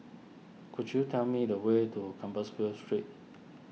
could you tell me the way to Compassvale Street